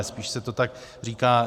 Spíš se to tak říká.